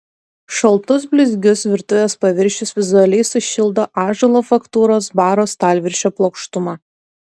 šaltus blizgius virtuvės paviršius vizualiai sušildo ąžuolo faktūros baro stalviršio plokštuma